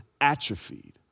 atrophied